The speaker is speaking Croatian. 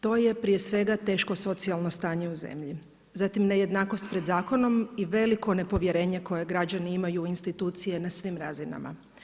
To je prije svega teško socijalno stanje u zemlji, zatim nejednakost pred zakonom i veliko nepovjerenje koje građani imaju u institucije na svim razinama.